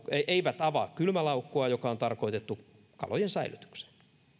eivät avaa kylmälaukkua joka on tarkoitettu kalojen säilytykseen